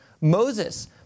Moses